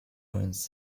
ruins